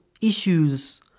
issues